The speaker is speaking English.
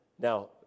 now